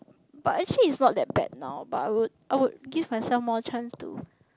but actually it's not that bad now but I would I would give myself more chance to